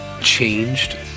changed